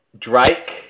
Drake